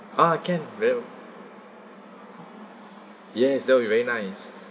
ah can well yes that'll be very nice